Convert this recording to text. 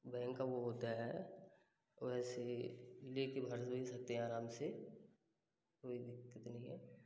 bank का वो होता है वो वैसे लेकिन भर भी सकते हैं आराम से कोई दिक्कत नहीं है